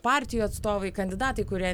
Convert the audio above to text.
partijų atstovai kandidatai kurie